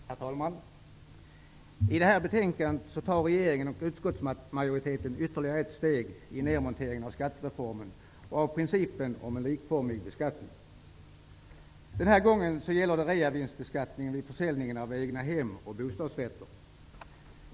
Herr talman! I propositionen och betänkandet tar regeringen och utskottsmajoriteten ytterligare ett steg i nedmonteringen av skattereformen och av principen om en likformig beskattning. Den här gången gäller det reavinstbeskattningen vid försäljning av egna hem och bostadsrätter.